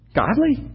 godly